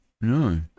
no